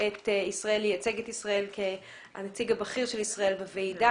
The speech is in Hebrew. את ישראל כנציג הבכיר של ישראל בוועידה